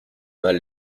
mal